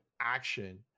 action